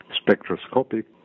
spectroscopic